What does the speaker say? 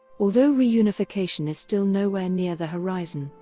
although reunification is still nowhere near the horizon,